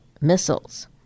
missiles